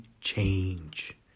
change